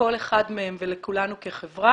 לכל אחד מהם ולכולנו כחברה.